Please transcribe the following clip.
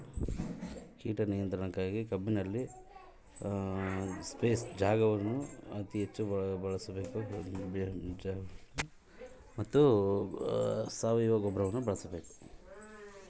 ಕೇಟ ನಿಯಂತ್ರಣಕ್ಕಾಗಿ ಕಬ್ಬಿನಲ್ಲಿ ಯಾವ ಕ್ರಮ ಕೈಗೊಳ್ಳಬೇಕು?